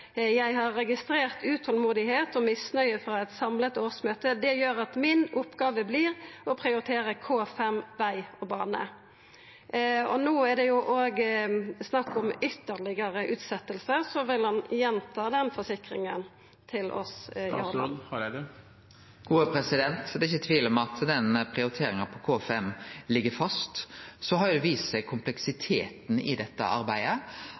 min oppgave blir å prioritere K5 vei og bane.» No er det snakk om ytterlegare utsetjing, så vil han gjenta den forsikringa til oss? Det er ikkje tvil om at prioriteringa av K5 ligg fast. Så har kompleksiteten i dette arbeidet vist seg. Det er òg statleg plan for prosjektet, og reguleringsplanen blir det jobba med. Dette